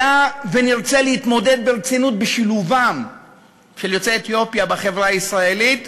היה ונרצה להתמודד ברצינות עם שילובם של יוצאי אתיופיה בחברה הישראלית,